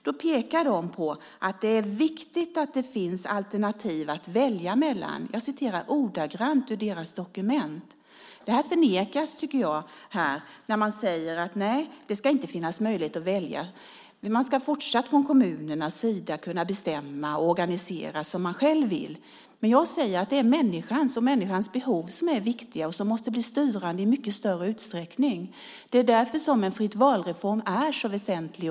De pekade på att det är viktigt att det finns alternativ att välja mellan. Jag citerar ordagrant ur deras dokument. Detta förnekas här, tycker jag, när ni säger att nej, det ska inte finnas möjlighet att välja och att kommunerna fortsatt ska kunna bestämma och organisera som de själva vill. Men jag säger att det är människan och människans behov som är viktiga och som måste bli styrande i mycket större utsträckning. Det är därför som en fritt-val-reform är så viktig.